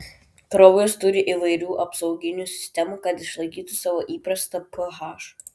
kraujas turi įvairių apsauginių sistemų kad išlaikytų savo įprastą ph